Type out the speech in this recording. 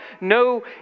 no